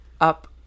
up